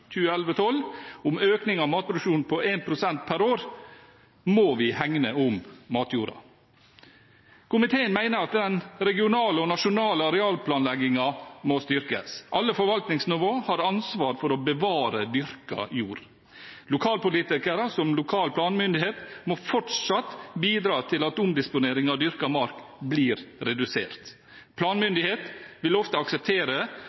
om økning av matproduksjon på 1 pst. per år, må vi hegne om matjorda. Komiteen mener at den regionale og nasjonale arealplanleggingen må styrkes. Alle forvaltningsnivå har ansvar for å bevare dyrket jord. Lokalpolitikere som lokal planmyndighet må fortsatt bidra til at omdisponering av dyrket mark blir redusert. Planmyndighet vil ofte akseptere